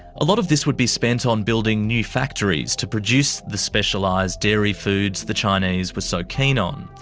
a lot of this would be spent on building new factories to produce the specialised dairy foods the chinese were so keen on.